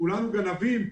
כולנו גנבים?